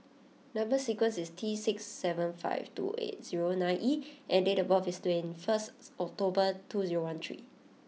number sequence is T six seven five two eight zero nine E and date of birth is twenty first October two zero one three